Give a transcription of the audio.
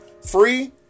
free